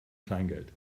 kleingeld